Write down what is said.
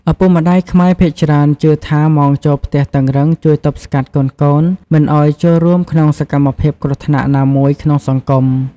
ឪពុកម្តាយខ្មែរភាគច្រើនជឿថា ម៉ោងចូលផ្ទះតឹងរឹងជួយទប់ស្កាត់កូនៗមិនឱ្យចូលរួមក្នុងសកម្មភាពគ្រោះថ្នាក់ណាមួយក្នុងសង្គម។